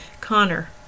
Connor